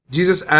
Jesus